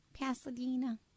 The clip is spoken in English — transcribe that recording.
Pasadena